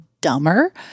dumber